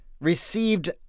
received